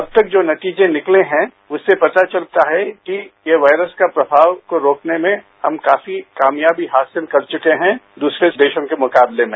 अब तक जो नतीजे निकले हैं उससे पता चलता है कि ये वायस्त का प्रगाव को रोकने में हम काफी कामयाबी हासिल कर चुके हैं दूसरे देशों के मुकाबते में